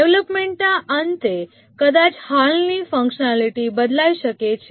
ડેવલપમેન્ટના અંતે કદાચ હાલની ફંકશનાલિટી બદલાઇ શકે છે